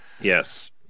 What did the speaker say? Yes